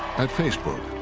at facebook,